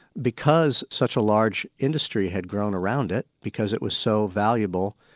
because such a large industry had grown around it, because it was so valuable,